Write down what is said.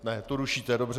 Ne, tu rušíte, dobře.